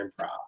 improv